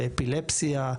באפילפסיה.